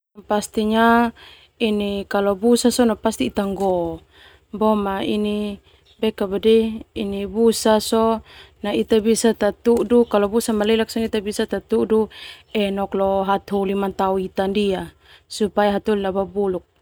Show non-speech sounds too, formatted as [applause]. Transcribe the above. Kalo busa sona pasti ita nggo, boma [unintelligible] ita bisa tatudu enok lo hataholi mantao ita ndia supaya hataholi babuluk.